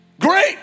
great